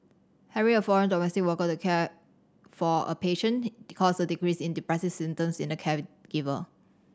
having a foreign domestic worker to care for a patient caused a decrease in depressive symptoms in the caregiver